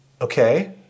okay